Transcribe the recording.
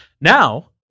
Now